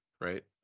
right